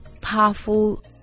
powerful